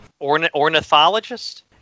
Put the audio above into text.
Ornithologist